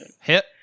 hit